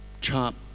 chop